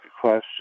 question